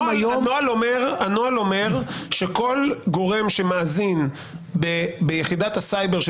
הנוהל אומר שכל גורם שמאזין ביחידת הסייבר של